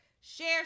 share